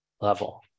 level